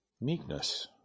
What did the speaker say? Meekness